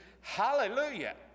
hallelujah